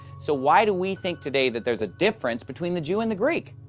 so why do we think today that there is a difference between the jew and the greek?